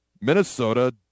Minnesota